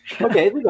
Okay